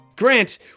Grant